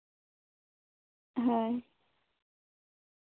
ᱦᱳᱭ